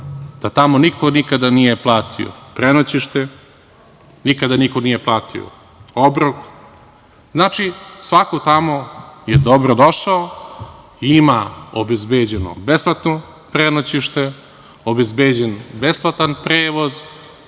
da tamo niko nikada nije platio prenoćište, nikada niko nije platio obrok. Znači, svako tamo je dobrodošao, ima obezbeđeno besplatno prenoćište, obezbeđen besplatan prevoz